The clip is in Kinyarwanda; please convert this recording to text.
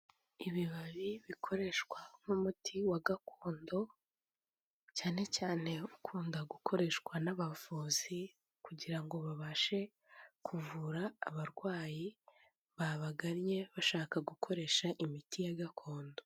Ibibabi bikoreshwa nk'umuti wa gakondo cyane cyane ukunda gukoreshwa n'abavuzi kugira ngo babashe kuvura abarwayi babagannye bashaka gukoresha imiti ya gakondo.